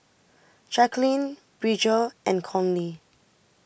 Jacqueline Bridger and Conley